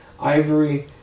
Ivory